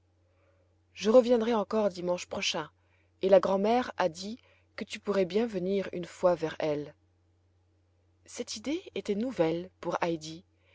je reviendrai encore dimanche prochain et la grand'mère a dit que tu pourrais bien venir une fois vers elle cette idée était nouvelle pour heidi